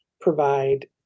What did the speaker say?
provide